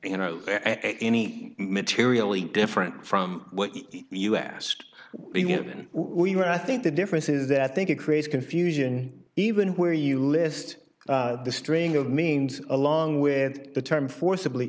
you know any materially different from what you asked the women we were i think the difference is that think it creates confusion even where you list the string of means along with the term forcibly